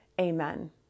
Amen